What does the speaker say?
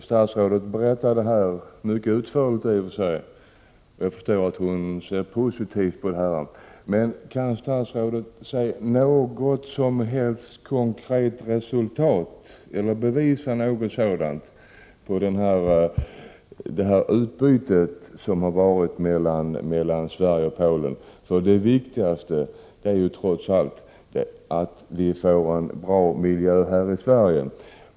Statsrådet berättade här mycket utförligt om samarbetet — jag förstår att hon ser positivt på detta — men kan statsrådet se något som helst konkret resultat eller bevisa att något verkligen inträffat efter detta utbyte som har skett mellan Sverige och Polen? Det viktigaste är, som sagt, trots allt att vi får en bra miljö här i Sverige.